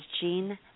Jean